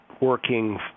working